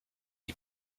die